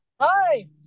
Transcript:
Hi